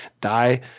die